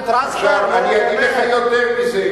אני אומר לך שהנושא רציני.